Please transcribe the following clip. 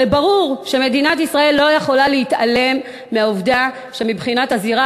הרי ברור שמדינת ישראל לא יכולה להתעלם מהעובדה שמבחינת הזירה